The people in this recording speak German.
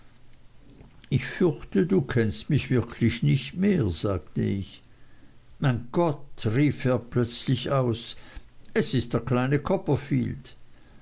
ich fürchte du kennst mich wirklich nicht mehr sagte ich mein gott rief er plötzlich aus es ist der kleine copperfield